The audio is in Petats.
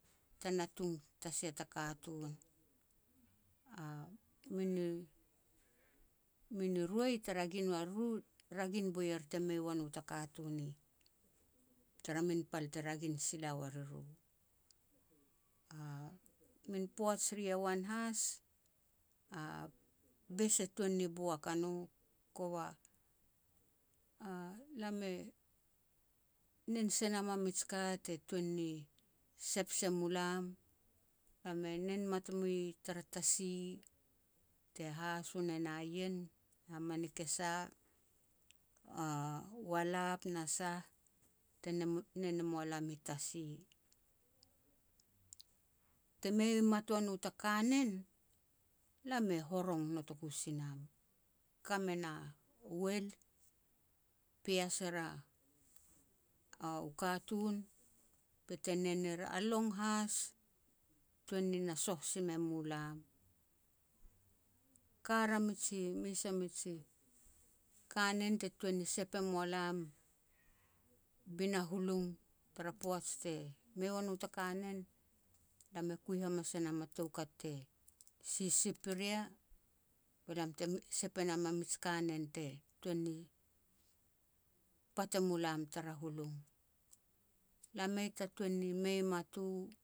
ta natung ta sia ta katun. A mini-mini roi te ragin wariru, ragin boi er te mei ua no ta katun i tara min pal te ragin sila wariru. A min poaj ri yowan has, a bes e tuan ni boak a nu kova lam e nen se nam a mij ka te tuan ni sep se mu lam, lam e nen mat mui tara tasi, te haso ne na ien, a mini kesa, a walap na sah te nen e mua lam i tasi. Te mei mat ua no ta kanen, lam e horong notoku si nam. Ka me na uel, pias er u katun, bete nen er, a long has, tuan ni na soh si me mu lam. Kar a miji mes a miji kanen te tuan ni sep e moa lam bina hulung, tara poaj te mei ua no ta kanen, lam e kui hamas e nam a toukat te sisip i ria be lam te sep e nam a mij kanen te tuan ni pat e mulam tara hulung. Lam mei ta tuan ni mei mat u